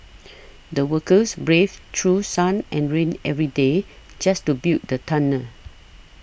the workers braved through sun and rain every day just to build the tunnel